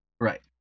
Right